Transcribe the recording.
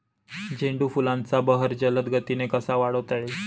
झेंडू फुलांचा बहर जलद गतीने कसा वाढवता येईल?